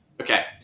okay